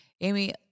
Amy